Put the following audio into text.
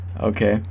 Okay